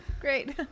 Great